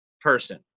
person